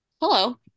Hello